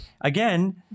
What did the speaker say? again